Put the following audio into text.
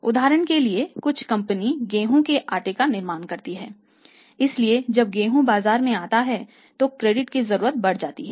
उदाहरण के लिए कुछ कंपनी गेहूं के आटे का निर्माण करती है इसलिए जब गेहूं बाजार में आ रहा है तो क्रेडिट की जरूरत बढ़ जाती है